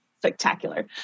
Spectacular